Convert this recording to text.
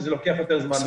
שזה לוקח יותר זמן,